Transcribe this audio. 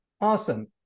Awesome